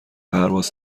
پرواز